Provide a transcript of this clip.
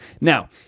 Now